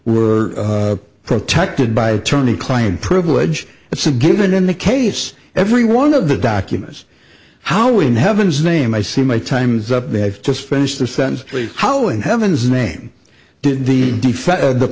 were protected by attorney client privilege it's a given in the case every one of the documents how in heaven's name i see my time's up they have just finished the sentence how in heaven's name did the